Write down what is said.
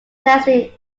testing